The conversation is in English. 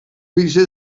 reached